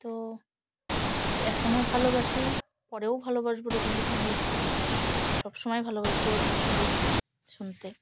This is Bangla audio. তো এখনও ভালোবাসি পরেও ভালোবাসবো রবীন্দ্রসঙ্গীত সব সময় ভালোবাসবো রবীন্দ্রসঙ্গীত শুনতে